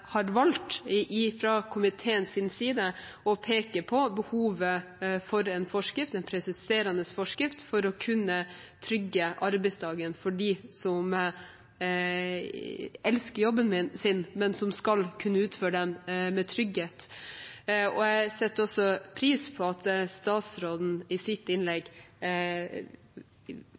å peke på behovet for en presiserende forskrift for å kunne trygge arbeidsdagen for dem som elsker jobben sin, men som skal kunne utføre den med trygghet. Jeg setter også pris på at statsråden i sitt innlegg